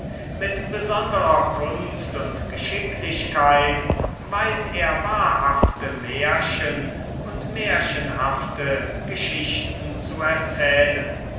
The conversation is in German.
mit besonderer kunst und geschicklichkeit weiß er wahrhafte märchen und märchenhafte geschichten zu erzählen